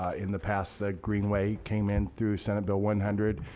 ah in the past greenway came in through senate bill one hundred.